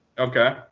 ok.